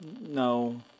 No